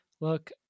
look